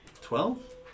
Twelve